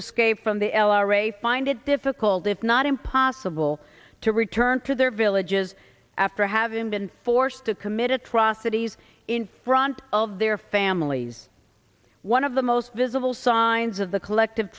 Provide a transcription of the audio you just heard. escape from the l r a find it difficult if not impossible to return to their villages after having been forced to commit atrocities in front of their families one of the most visible signs of the collective